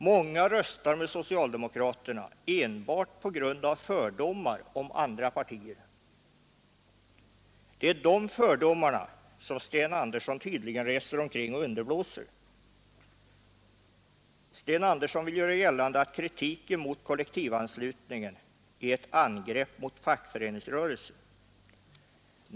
Många röstar med socialdemokraterna enbart på grund av fördomar mot andra partier. Det är de fördomarna som Sten Andersson tydligen reser omkring och underblåser. Sten Andersson vill göra gällande att kritik mot kollektivanslutningen är ett angrepp mot fackföreningsrörelsen.